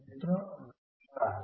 मित्रों नमस्कार